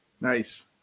Nice